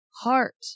heart